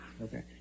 Okay